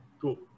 Cool